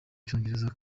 cyongereza